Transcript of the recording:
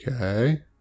Okay